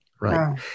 Right